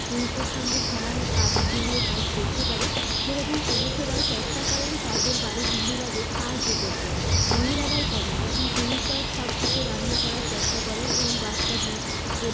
পুরুষের সঙ্গে সমানে কাঁধ মিলিয়ে কাজ করতে পারে সেরকম পুরুষেরাও চেষ্টা করেন তাদের বাড়ির মহিলাদের সাহায্য করতে মহিলারাই কেন এখন পুরুষরাও সব কিছু রান্না করার চেষ্টা করেন এবং বাচ্চা কে